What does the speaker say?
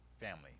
family